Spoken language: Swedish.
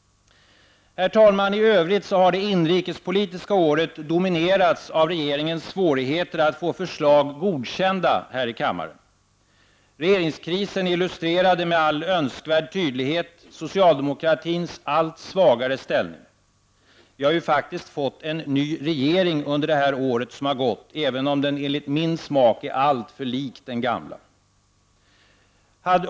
Herr talman! I övrigt har det inrikespolitiska året dominerats av regeringens svårigheter att få förslag godkända här i kammaren. Regeringskrisen illustrerade med all önskvärd tydlighet socialdemokratins allt svagare ställning. Vi har ju faktiskt fått en ny regering under det här året som har gått, även om den enligt min smak är alltför lik den gamla.